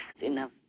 enough